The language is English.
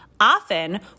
Often